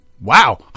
wow